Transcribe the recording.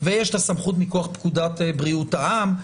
ויש את הסמכות מכוח פקודת בריאות העם.